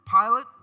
Pilate